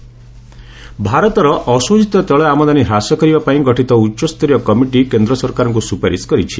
oil committee ଭାରତର ଅଶୋଧିତ ତେିଳ ଆମଦାନୀ ହ୍ରାସ କରିବା ପାଇଁ ଗଠିତ ଉଚ୍ଚସ୍ତରୀୟ କମିଟି କେନ୍ଦ୍ର ସରକାରଙ୍କୁ ସୁପାରିଶ୍ କରିଛି